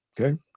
Okay